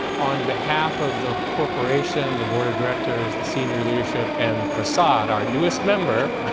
on behalf of the corporation, the board of directors, the senior leadership, and prasad, our newest member,